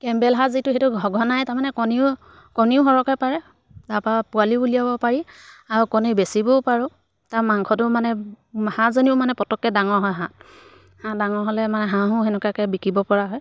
Campbell হাঁহ যিটো সেইটো সঘনাই তাৰমানে কণীও কণীও সৰহকৈ পাৰে তাৰপৰা পোৱালিও উলিয়াব পাৰি আৰু কণী বেচিবও পাৰোঁ তাৰ মাংসটো মানে হাঁহজনীও মানে পতককৈ ডাঙৰ হয় হাঁহ হাঁহ ডাঙৰ হ'লে মানে হাঁহো তেনেকুৱাকৈ বিকিব পৰা হয়